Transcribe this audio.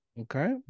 Okay